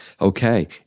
okay